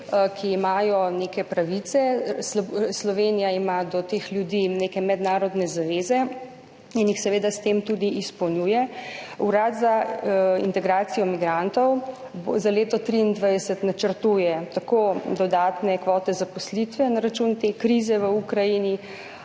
ki imajo neke pravice. Slovenija ima do teh ljudi neke mednarodne zaveze in jih seveda s tem tudi izpolnjuje. Urad za integracijo migrantov za leto 2023 načrtuje tako dodatne kvote zaposlitve na račun te krize v Ukrajini,